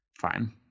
Fine